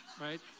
right